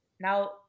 Now